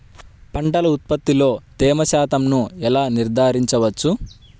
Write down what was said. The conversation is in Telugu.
పంటల ఉత్పత్తిలో తేమ శాతంను ఎలా నిర్ధారించవచ్చు?